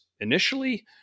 initially